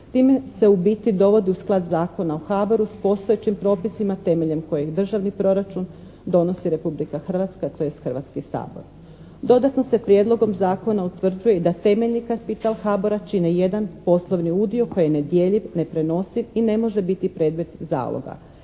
Time se u biti dovodi u sklad Zakona o HABOR-u s postojećim propisima temeljem kojeg državni proračun donosi Republika Hrvatska, tj., Hrvatski sabor. Dodatno se Prijedlogom zakona utvrđuje i da temeljni kapital HABOR-a čine jedan poslovni udio koji je nedjeljiv, neprenosiv i ne može biti predmet zaloga.